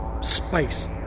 Space